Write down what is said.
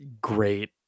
great